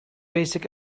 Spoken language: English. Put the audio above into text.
basic